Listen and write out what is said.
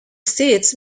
seat